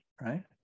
right